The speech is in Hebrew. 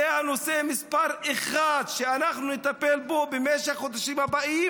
זה הנושא מספר אחת שאנחנו נטפל בו בחודשים הבאים.